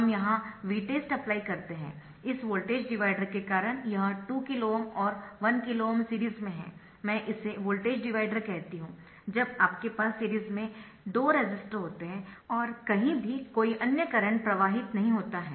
हम यहां Vtest apply करते है इस वोल्टेज डिवाइडर के कारण यह 2 KΩ और 1KΩ सीरीज में हैं मैं इसे वोल्टेज डिवाइडर कहती हूं जब आपके पास सीरीज में 2 रेसिस्टर होते है और कहीं भी कोई अन्य करंट प्रवाहित नहीं होता है